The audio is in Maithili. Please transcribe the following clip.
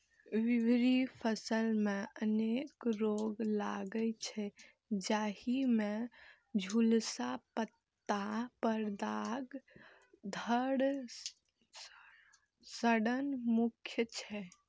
विभिन्न फसल मे अनेक रोग लागै छै, जाहि मे झुलसा, पत्ता पर दाग, धड़ सड़न मुख्य छै